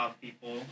people